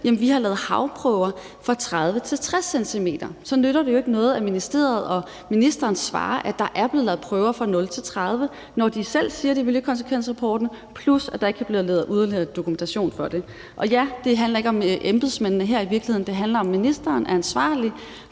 taget prøver af havbunden fra 30-60 cm. Så nytter det jo ikke noget, at ministeriet og ministeren svarer, at der er blevet lavet prøver fra 0-30 cm., når de selv siger sådan i miljøkonsekvensrappporten, plus at der ikke kan leveres yderligere dokumentation for det. Det her handler i virkeligheden ikke om embedsmændene. Det handler om, at ministeren er ansvarlig